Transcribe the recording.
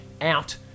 out